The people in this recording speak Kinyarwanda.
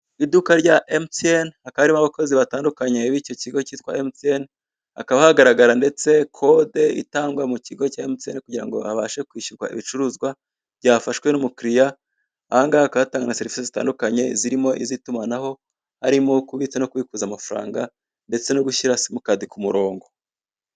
Iduka rya mtn hakaba harimo abakozi batandukanye b'icyo kigo cya mtn, hakaba hagaragara ndetse kode itangwa mu kigo cya mtn kugira ngo habashwe kwishyurwa ibicuruzwa byafashwe n'umukiriya, aha ngaha hakaba hatangwa serivise zitandukanye z'irimo iz'itumanaho, harimo kubitsa no kubikura amafaranga, ndetse no gushyira simukadi ku murongo.